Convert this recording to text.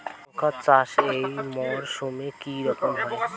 লঙ্কা চাষ এই মরসুমে কি রকম হয়?